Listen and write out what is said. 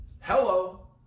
Hello